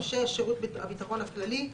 (6)שירות הביטחון הכללי,